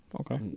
Okay